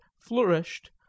flourished